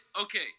Okay